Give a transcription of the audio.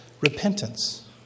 repentance